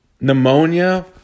Pneumonia